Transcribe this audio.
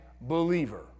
believer